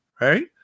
right